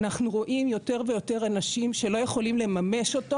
אנחנו רואים יותר ויותר אנשים שלא יכולים לממש אותו